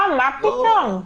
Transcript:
מה פתאום?